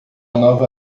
nova